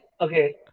Okay